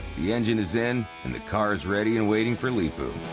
the engine is in and the car is ready and waiting for leepu.